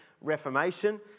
Reformation